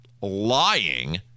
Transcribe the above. lying